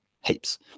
heaps